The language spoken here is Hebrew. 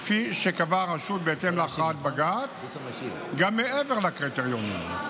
כפי שקבעה הרשות בהתאם להכרעת בג"ץ גם מעבר לקריטריונים.